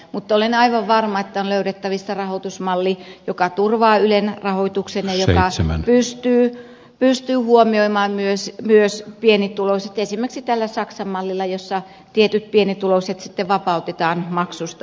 mutta olen aivan varma että on löydettävissä rahoitusmalli joka turvaa ylen rahoituksen ja joka pystyy huomioimaan myös pienituloiset esimerkiksi tämä saksan malli jossa tietyt pienituloiset sitten vapautetaan maksusta